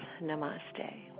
Namaste